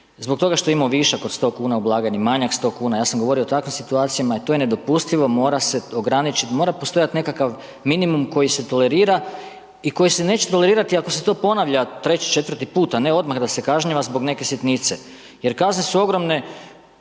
zbog toga što je imao višak od 100 kuna u blagajni, manjak 100 kuna, ja sam govorio o takvim situacijama i to je nedopustivo mora se ograničit, mora postojat nekakav minimum koji se tolerira i koji se neće tolerirati ako se to ponavlja treći, četvrti put, a ne odmah da se kažnjava zbog neke sitnice, jer kazne su ogromne,